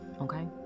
okay